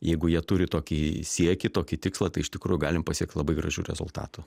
jeigu jie turi tokį siekį tokį tikslą tai iš tikrųjų galim pasiekt labai gražių rezultatų